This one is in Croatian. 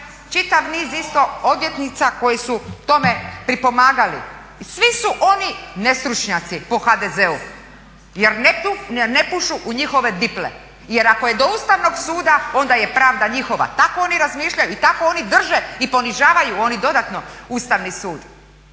Čitav niz isto odvjetnica koje su tome pripomagali. I svi su oni nestručnjaci po HDZ-u jer ne pušu u njihove diple. Jer ako je do Ustavnog suda onda je pravda njihova, tako oni razmišljaju i tako oni drže i ponižavaju oni dodatno Ustavni sud.